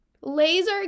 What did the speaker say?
Laser